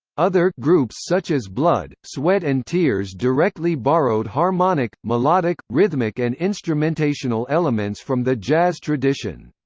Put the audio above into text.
other groups such as blood, sweat and tears directly borrowed harmonic, melodic, rhythmic and instrumentational elements from the jazz tradition.